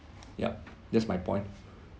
ya that's my point